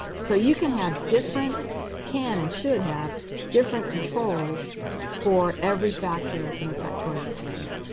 so you can have different can and should have different controls for every factor in a factorial experiment.